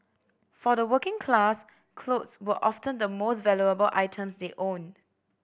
for the working class clothes were often the most valuable items they owned